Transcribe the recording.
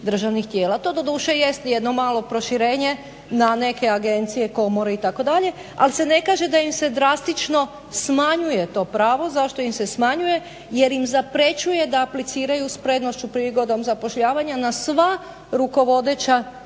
To doduše jest jedno malo proširenje na neke agencije, komore itd. Ali se ne kaže da im se drastično smanjuje to pravo. Zašto im se smanjuje? Jer im zaprećuje da apliciraju sa prednošću prigodom zapošljavanja na sva rukovodeća